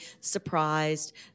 surprised